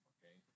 Okay